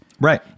Right